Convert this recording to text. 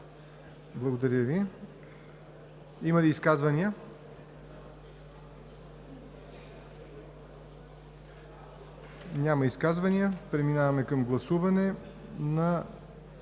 Благодаря Ви. Има ли изказвания? Няма. Преминаваме към гласуване на